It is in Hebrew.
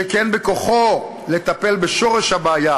שכן בכוחו לטפל בשורש הבעיה